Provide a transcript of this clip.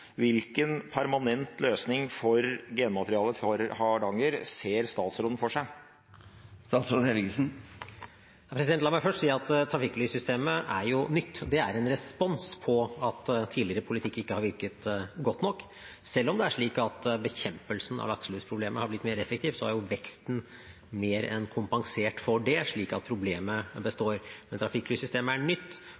Hvilken permanent løsning for genmaterialet fra Hardanger ser statsråden for seg? La meg først si at trafikklyssystemet jo er nytt. Det er en respons på at tidligere politikk ikke har virket godt nok. Selv om det er slik at bekjempelsen av lakselusproblemet har blitt mer effektiv, har veksten mer enn kompensert for det, slik at problemet